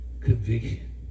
Conviction